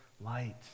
light